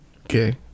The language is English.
Okay